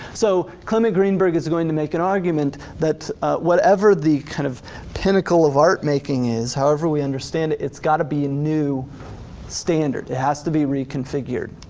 so clement greenberg is going to make an argument that whatever the kind of pinnacle of art-making is, however we understand it, it's gotta be a new standard. it has to be reconfigured.